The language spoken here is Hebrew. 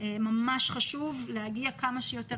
זה ממש חשוב ואנחנו מבקשים שזה יגיע כמה שיותר